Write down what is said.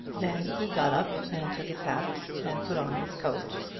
then he got up, and took his hat, and put on his coat.